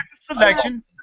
selection